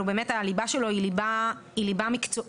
הליבה שלו היא ליבה מקצועית,